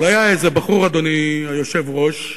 אבל, אדוני היושב-ראש,